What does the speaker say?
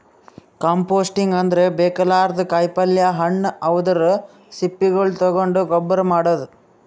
composting ಅಂದ್ರ ಬೇಕಾಗಲಾರ್ದ್ ಕಾಯಿಪಲ್ಯ ಹಣ್ಣ್ ಅವದ್ರ್ ಸಿಪ್ಪಿಗೊಳ್ ತಗೊಂಡ್ ಗೊಬ್ಬರ್ ಮಾಡದ್